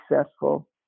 successful